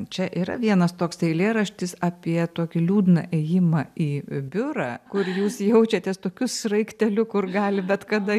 čia yra vienas toks eilėraštis apie tokį liūdną ėjimą į biurą kur jūs jaučiatės tokiu sraigteliu kur gali bet kada